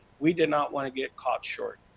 we did not want to get caught short.